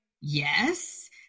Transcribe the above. yes